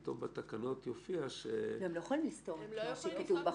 פתאום בתקנות יופיע -- הם לא יכולים לסתור את מה שכתוב בחוק.